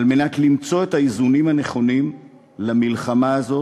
על מנת למצוא את האיזונים הנכונים למלחמה הזאת,